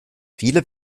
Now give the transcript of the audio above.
viele